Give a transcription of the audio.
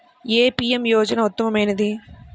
ఏ PM యోజన ఉత్తమమైనది?